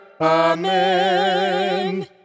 Amen